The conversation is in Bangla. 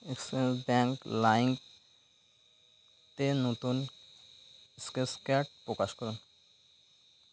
অ্যাক্সিস ব্যাঙ্ক লাইম তে নতুন স্ক্র্যাচ কার্ড প্রকাশ করুন